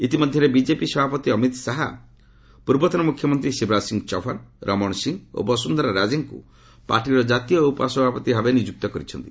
ଇତିମଧ୍ୟରେ ବିଜେପି ସଭାପତି ଅମିତ ଶାହା ପୂର୍ବତନ ମୁଖ୍ୟମନ୍ତ୍ରୀ ଶିବରାଜ ସିଂହ ଚୌହାନ୍ ରମଣ ସିଂହ ଓ ବସୁନ୍ଧରା ରାଜେଙ୍କୁ ପାର୍ଟିର କାତୀୟ ଉପସଭାପତି ଭାବେ ନିଯୁକ୍ତ କରିଛନ୍ତି